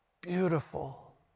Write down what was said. Beautiful